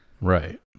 Right